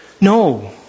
No